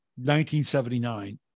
1979